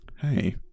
hey